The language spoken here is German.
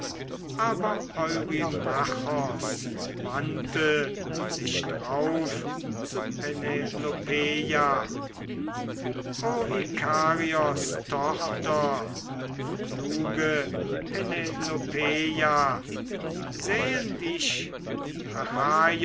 aber eurymachos wandte sich drauf zu penelopeia o ikarios tochter du kluge penelopeia sähen dich die